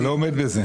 אתה לא עומד בזה.